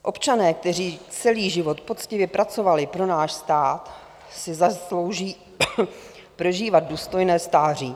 Občané, kteří celý život poctivě pracovali pro náš stát, si zaslouží prožívat důstojné stáří.